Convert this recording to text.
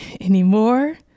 anymore